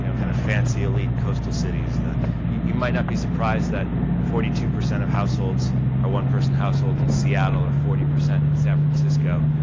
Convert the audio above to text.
you know kind of fancy elite coastal cities, you might not be surprised that forty two percent of households are one person households in seattle or forty percent in san francisco,